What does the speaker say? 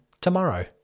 tomorrow